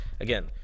again